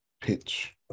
pitch